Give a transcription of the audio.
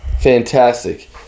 fantastic